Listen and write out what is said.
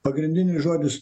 pagrindinis žodis